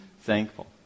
thankful